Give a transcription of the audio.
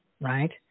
Right